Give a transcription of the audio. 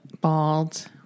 bald